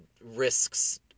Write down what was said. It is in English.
risks